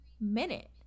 minute